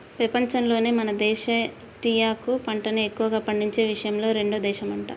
పెపంచంలోనే మన దేశమే టీయాకు పంటని ఎక్కువగా పండించే విషయంలో రెండో దేశమంట